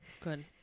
Good